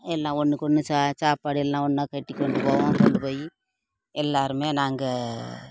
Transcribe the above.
எல்லாம் ஒன்றுக்கு ஒன்று சாப்பாடு எல்லாம் ஒன்றா கட்டி கொண்டு போவோம் கொண்டு போய் எல்லோருமே நாங்கள்